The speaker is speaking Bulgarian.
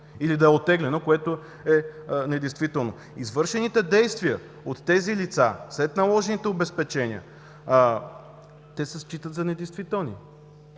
или да е оттеглено, което е недействително. Извършените действия от тези лица след наложените обезпечения се считат за недействителни